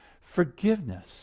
Forgiveness